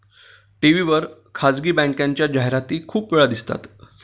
TV वर खासगी बँकेच्या जाहिराती खूप वेळा दिसतात